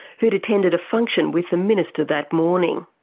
who'd attended a function with the minister that morning.